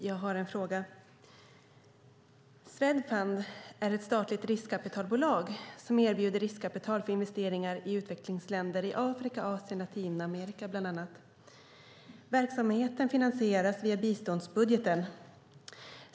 Fru talman! Swedfund är ett statligt riskkapitalbolag som erbjuder riskkapital för investeringar i utvecklingsländer i Afrika, Asien och Latinamerika, bland annat. Verksamheten finansieras via biståndsbudgeten.